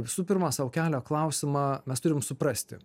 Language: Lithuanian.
visų pirma sau kelia klausimą mes turim suprasti